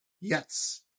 yes